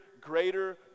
greater